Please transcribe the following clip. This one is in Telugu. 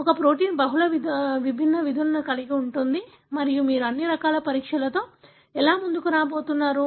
ఒక ప్రోటీన్ బహుళ విభిన్న విధులను కలిగి ఉంటుంది మరియు మీరు అన్ని రకాల పరీక్షలతో ఎలా ముందుకు రాబోతున్నారు